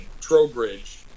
Trowbridge